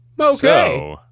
okay